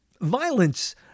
violence